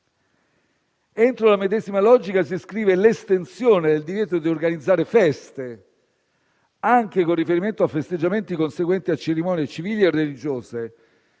Entro la medesima logica si iscrive l'estensione del divieto di organizzare feste, anche con riferimento a festeggiamenti conseguenti a cerimonie civili o religiose,